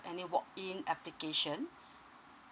any walk in application